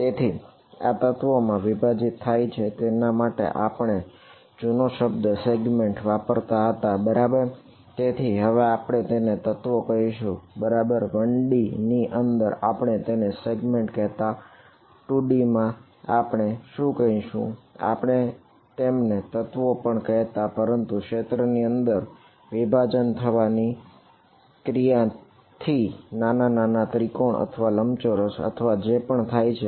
તેથી આ તત્વોમાં વિભાજીત થાય છે તેના માટે આપણે જૂનો શબ્દ સેગ્મેન્ટ કહેવાય છે